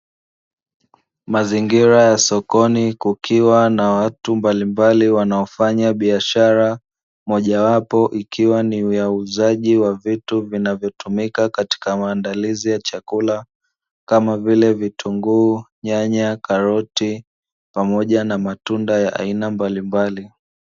Mazingira ya sokoni kukiwa na watu mbalimbali wanaofanya biashara ,mojawapo ikiwa ni ya uuzaji wa vitu vinavyotumika katika maandalizi ya chakula kama vile; vitunguu, nyanya, karoti, pamoja na matunda ya aina mbalimbali.